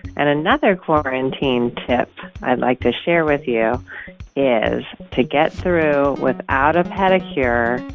and another quarantine tip i'd like to share with you is to get through without a pedicure,